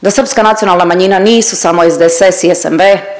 da srpska nacionalna manjina nisu samo SDSS i SNV,